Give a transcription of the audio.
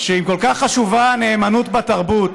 אם כל כך חשובה הנאמנות בתרבות,